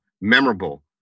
memorable